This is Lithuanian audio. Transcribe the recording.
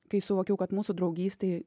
kai suvokiau kad mūsų draugystei